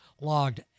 logged